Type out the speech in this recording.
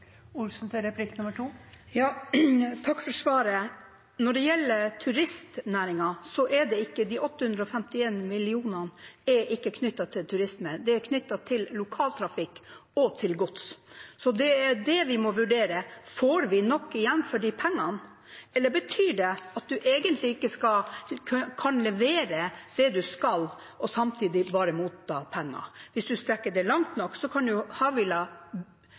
Takk for svaret. Når det gjelder turistnæringen, er ikke de 856 mill. kr knyttet til turister; de er knyttet til lokaltrafikk og til gods. Så det vi må vurdere, er: Får vi nok igjen for disse pengene, eller betyr det at en egentlig ikke kan levere det en skal, og samtidig bare motta penger? Hvis en strekker det langt nok, kan jo Havila